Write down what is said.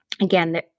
Again